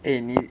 eh 你